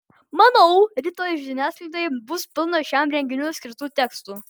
manau rytoj žiniasklaidoje bus pilna šiam renginiui skirtų tekstų